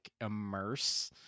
immerse